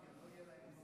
אינו נוכח נירה שפק,